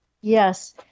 Yes